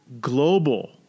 global